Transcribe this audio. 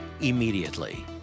immediately